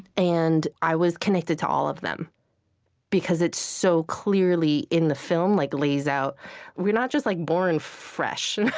and i was connected to all of them because it so clearly, in the film, like lays out we're not just like born fresh.